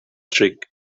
trick